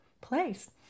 place